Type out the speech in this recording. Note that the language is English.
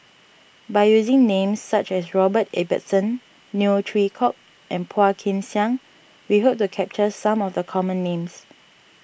by using names such as Robert Ibbetson Neo Chwee Kok and Phua Kin Siang we hope to capture some of the common names